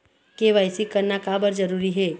KYC करना का बर जरूरी हे?